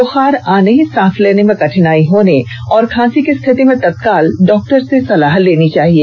बुखार आने सांस लेने में कठिनाई होने और खांसी की स्थिति में तत्काल डॉक्टर से सलाह लेनी चाहिए